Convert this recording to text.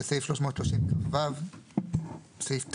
סעיף 330כו. סעיף תקנות.